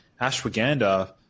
ashwagandha